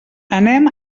anem